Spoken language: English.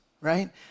right